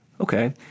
Okay